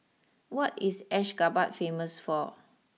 what is Ashgabat famous for